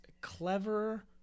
Clever